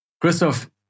Christoph